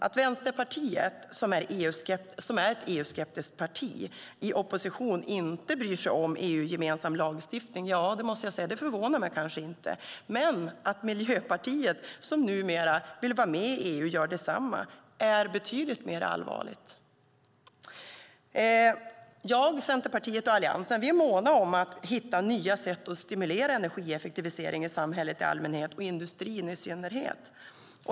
Att Vänsterpartiet som är ett EU-skeptiskt parti i opposition inte bryr sig om EU-gemensam lagstiftning förvånar mig kanske inte, men att Miljöpartiet, som numera vill vara med i EU, gör detsamma är betydligt mer allvarligt. Jag, Centerpartiet och Alliansen är måna om att hitta nya sätt att stimulera energieffektivisering i samhället i allmänhet och i industrin i synnerhet.